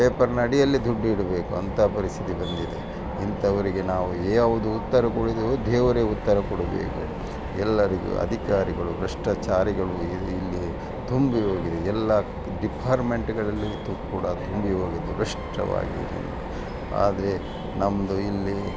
ಪೇಪರಿನ ಅಡಿಯಲ್ಲಿ ದುಡ್ಡು ಇಡಬೇಕು ಅಂತಹ ಪರಿಸ್ಥಿತಿ ಬಂದಿದೆ ಇಂಥವರಿಗೆ ನಾವು ಯಾವುದು ಉತ್ತರ ಕೊಡುವುದು ದೇವ್ರೇ ಉತ್ತರ ಕೊಡಬೇಕು ಎಲ್ಲರಿಗು ಅಧಿಕಾರಿಗಳು ಭ್ರಷ್ಟಾಚಾರಿಗಳು ಇಲ್ಲಿ ತುಂಬಿ ಹೋಗಿದೆ ಎಲ್ಲ ಡಿಪಾರ್ಟ್ಮೆಂಟುಗಳಲ್ಲಿ ತು ಕೂಡ ತುಂಬಿ ಹೋಗಿದೆ ಭ್ರಷ್ಟವಾಗಿದೆ ಆದರೆ ನಮ್ಮದು ಇಲ್ಲಿ